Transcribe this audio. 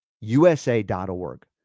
USA.org